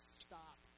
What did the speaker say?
stop